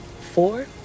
four